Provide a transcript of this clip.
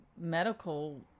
medical